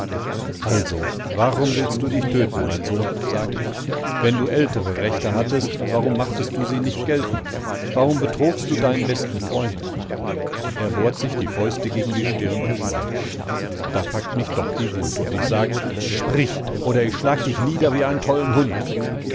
also warum willst du dich töten mein sohn sag ich wenn du ältere rechte hattest warum machtest du sie nicht geltend warum betrogst du deinen besten freund er bohrt sich die fäuste gegen die stirn und schweigt da packt mich doch die wut und ich sag sprich oder ich schlag dich nieder wie einen tollen hund